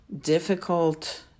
difficult